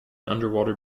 underwater